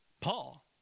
Paul